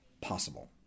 possible